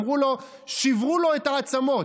אמרו לו: שברו לו את העצמות.